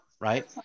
right